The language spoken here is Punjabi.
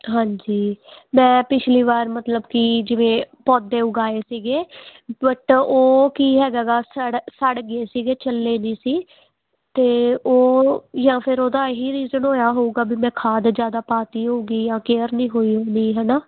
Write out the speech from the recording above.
ਹਾਂਜੀ ਮੈਂ ਪਿਛਲੀ ਵਾਰ ਮਤਲਬ ਕਿ ਜਿਵੇਂ ਪੌਦੇ ਉਗਾਏ ਸੀਗੇ ਬਟ ਉਹ ਕੀ ਹੈਗਾ ਸੜ ਸੜ ਗਏ ਸੀਗੇ ਚੱਲੇ ਨਹੀਂ ਸੀ ਅਤੇ ਉਹ ਜਾਂ ਫਿਰ ਉਹਦਾ ਇਹੀ ਰੀਜਨ ਹੋਇਆ ਹੋਊਗਾ ਵੀ ਮੈਂ ਖਾਦ ਜ਼ਿਆਦਾ ਪਾ ਤੀ ਹੋਊਗੀ ਜਾਂ ਕੇਅਰ ਨਹੀਂ ਹੋਈ ਹੋਣੀ ਹੈ ਨਾ